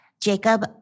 Jacob